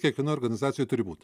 kiekvienoj organizacijoj turi būt